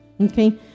Okay